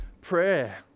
prayer